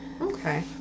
Okay